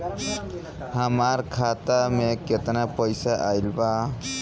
हमार खाता मे केतना पईसा आइल बा?